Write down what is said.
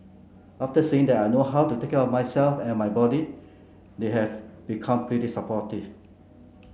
after seeing that I know how to take care of myself and my body they have become pretty supportive